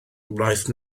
wnaeth